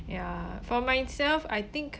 ya for myself I think